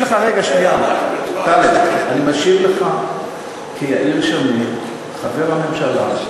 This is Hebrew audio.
טלב, אני משיב לך כיאיר שמיר, חבר הממשלה,